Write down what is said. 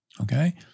okay